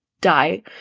die